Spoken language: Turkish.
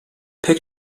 pek